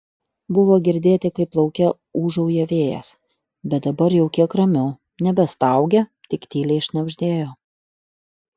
buvo girdėti kaip lauke ūžauja vėjas bet dabar jau kiek ramiau nebestaugė tik tyliai šnabždėjo